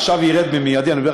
עכשיו זה ירד מיידית,